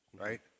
right